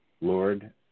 Lord